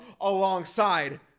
alongside